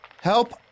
Help